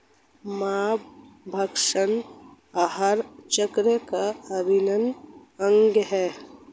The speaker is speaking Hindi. माँसभक्षण आहार चक्र का अभिन्न अंग है